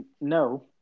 No